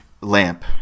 lamp